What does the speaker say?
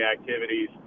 activities